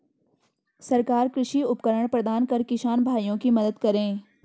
सरकार कृषि उपकरण प्रदान कर किसान भाइयों की मदद करें